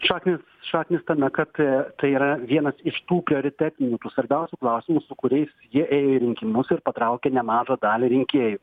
šaknys šaknys tame kad tai yra vienas iš tų prioritetinių tų svarbiausių klausimų su kuriais jie ėjo į rinkimus ir patraukė nemažą dalį rinkėjų